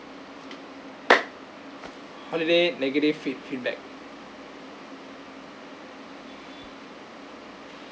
holiday negative feed feedback